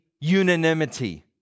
unanimity